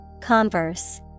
Converse